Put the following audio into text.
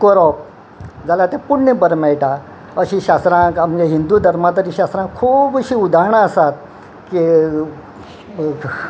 करप जाल्यार ते पुणे बरें मेळटा अशी शास्त्रांक आमगे हिंदू धर्मा तरी शास्त्रांक खूब अशी उदाहरणां आसात की एक